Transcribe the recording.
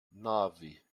nove